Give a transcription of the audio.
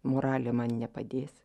moralė man nepadės